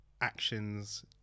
actions